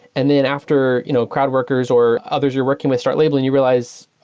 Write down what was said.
and then after you know crowd workers or others you're working with start labeling, you realize,